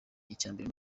icyambere